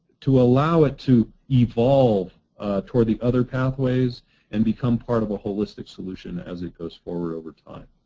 to allow it to evolve to ah the other pathways and become part of a holistic solution as it goes forward over time.